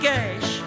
Cash